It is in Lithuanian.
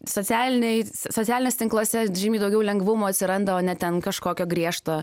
socialinėj socialiniuos tinkluose žymiai daugiau lengvumo atsiranda o ne ten kažkokio griežto